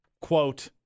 quote